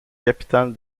capitale